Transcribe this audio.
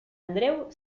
andreu